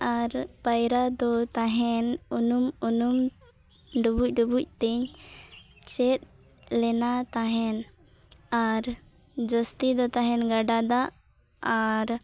ᱟᱨ ᱯᱟᱭᱨᱟᱫᱚ ᱛᱟᱦᱮᱱ ᱩᱱᱩᱢᱼᱩᱱᱩᱢ ᱰᱩᱵᱩᱡᱼᱰᱩᱵᱩᱡᱛᱮᱧ ᱪᱮᱫ ᱞᱮᱱᱟ ᱛᱟᱦᱮᱱ ᱟᱨ ᱡᱟᱹᱥᱛᱤᱫᱚ ᱛᱟᱦᱮᱱ ᱜᱟᱰᱟ ᱫᱟᱜ ᱟᱨ